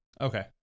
Okay